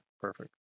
Perfect